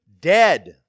dead